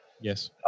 Yes